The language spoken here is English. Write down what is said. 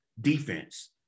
defense